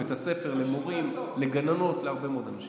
לבית הספר, למורים, לגננות, להרבה מאוד אנשים.